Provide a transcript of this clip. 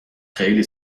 خیلی